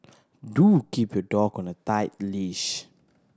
Do keep your dog on a tight leash